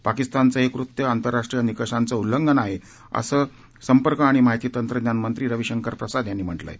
पाकिस्तानचं हे कृत्य आंतरराष्ट्रीय निकषांचं उल्लंघन आहे असं संपर्क आणि माहिती तंत्रज्ञान मंत्री रवि शंकर प्रसाद यांनी म्हटलं आहे